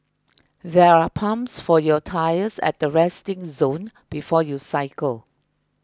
there are pumps for your tyres at the resting zone before you cycle